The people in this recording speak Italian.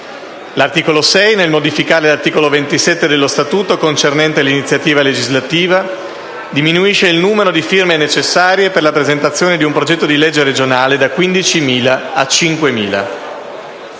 L'articolo 6, nel modificare l'articolo 27 dello Statuto, concernente l'iniziativa legislativa, diminuisce il numero di firme necessarie per la presentazione di un progetto di legge regionale da 15.000 a 5.000.